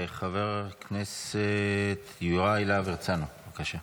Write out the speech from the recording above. חבר הכנסת יוראי להב הרצנו, בבקשה.